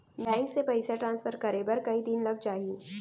Bank से पइसा transfer करे बर कई दिन लग जाही?